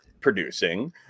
producing